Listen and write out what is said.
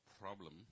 problem